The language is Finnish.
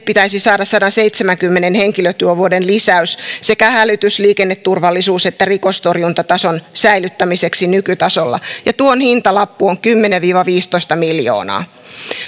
pitäisi saada sadanseitsemänkymmenen henkilötyövuoden lisäys sekä hälytys liikenneturvallisuus että rikostorjuntatason säilyttämiseksi nykytasolla ja tuon hintalappu on kymmenen viiva viisitoista miljoonaa